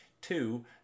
Two